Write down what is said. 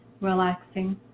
relaxing